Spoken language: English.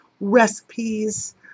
recipes